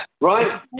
right